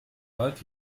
wald